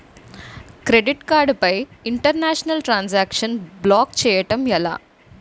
Credit card పై international transaction block చేయటం ఎలా?